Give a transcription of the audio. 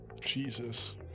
Jesus